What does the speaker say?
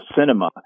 cinema